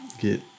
get